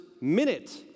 minute